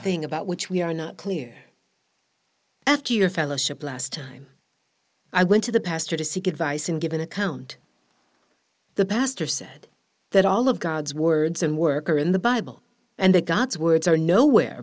thing about which we are not clear at your fellowship last time i went to the pastor to seek advice and give an account the pastor said that all of god's words and work are in the bible and the god's words are nowhere